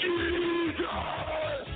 Jesus